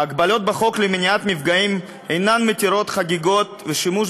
ההגבלות בחוק למניעת מפגעים אינן מתירות חגיגות ושימוש